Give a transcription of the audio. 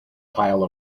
pile